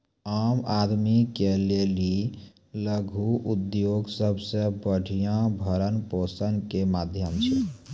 आम आदमी के लेली लघु उद्योग सबसे बढ़िया भरण पोषण के माध्यम छै